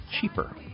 cheaper